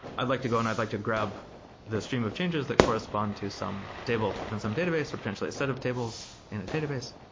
i'd like to go and i'd like to grab the stream of changes that correspond to some table and some database or potentially a set of tables and a database,